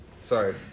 Sorry